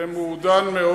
זה מעודן.